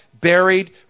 buried